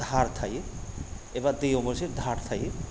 दाहार थायो एबा दैयाव मोनसे दाहार थायो